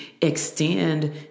extend